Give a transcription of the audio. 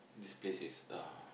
this place is uh